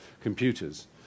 computers